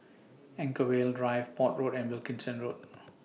Anchorvale Drive Port Road and Wilkinson Road